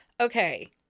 okay